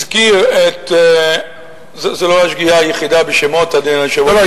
זאת לא השגיאה היחידה בשמות, אדוני היושב-ראש.